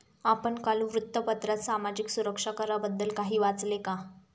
आपण काल वृत्तपत्रात सामाजिक सुरक्षा कराबद्दल काही वाचले का?